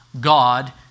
God